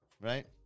right